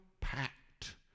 packed